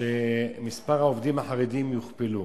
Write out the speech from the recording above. שמספר העובדים החרדים יוכפל.